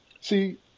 see